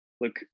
Look